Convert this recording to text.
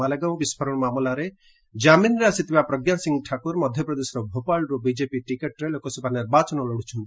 ମାଲେଗାଁଓ ବିସ୍କୋରଣ ମାମଲାରେ କାମିନରେ ଆସିଥିବା ପ୍ରଜ୍ଞା ସିଂ ଠାକୁର୍ ମଧ୍ୟପ୍ରଦେଶର ଭୋପାଳରୁ ବିଜେପି ଟିକେଟରେ ଲୋକସଭା ନିର୍ବାଚନ ଲଢୁଛନ୍ତି